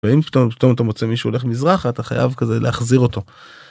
ואם פתאום פתאום אתה מוצא מישהו הולך מזרחה, אתה חייב כזה להחזיר אותו.